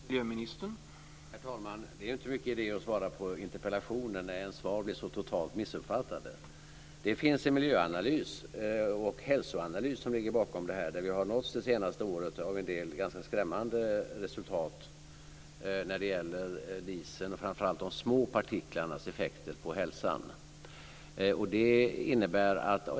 Herr talman! Det är inte mycket idé att svara på interpellationer när ens svar blir så totalt missuppfattade. Det finns en miljöanalys och hälsoanalys som ligger bakom detta. Vi har det senaste året nåtts av en del ganska skrämmande resultat när det gäller dieseln och framför allt de små partiklarnas effekter på hälsan.